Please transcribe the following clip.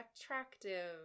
attractive